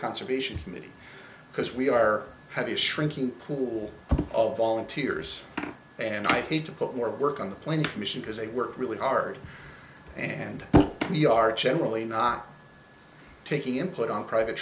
conservation committee because we are having a shrinking pool of volunteers and i hate to put more work on the plane commission because they work really hard and we are generally not taking input on private